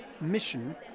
mission